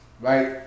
right